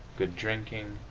good drinking,